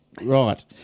Right